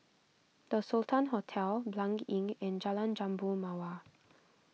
the Sultan Hotel Blanc Inn and Jalan Jambu Mawar